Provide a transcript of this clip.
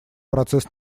процесс